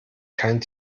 kein